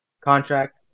contract